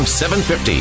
750